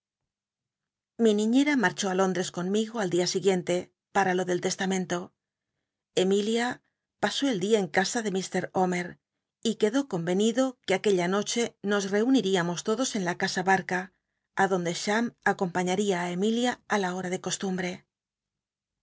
i niñera marchó ti lóndres conmigo al dia si guíen l e para lo del testamento emilia pasó el día en casa de lllr omcr y quedó convenido que aquella noche nos reuniríamos todos en la casa barca adonde cham acompañaría á emilia á la hora de costumbre